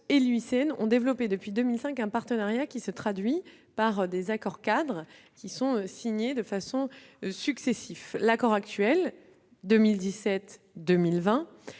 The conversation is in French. et l'UICN ont développé depuis 2005 un partenariat qui se traduit par des accords-cadres de coopération successifs. L'accord actuel 2017-2020